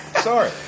Sorry